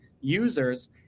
users